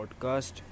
podcast